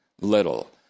little